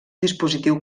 dispositiu